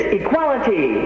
equality